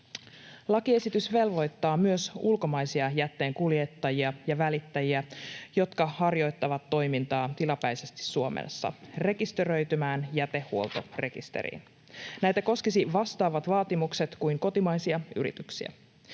Lakiesitys velvoittaa myös ulkomaisia jätteenkuljettajia ja -välittäjiä, jotka harjoittavat toimintaa tilapäisesti Suomessa, rekisteröitymään jätehuoltorekisteriin. Näitä koskisivat vastaavat vaatimukset kuin kotimaisia yrityksiä.